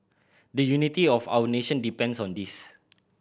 the unity of our nation depends on this